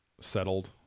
settled